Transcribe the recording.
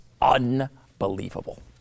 unbelievable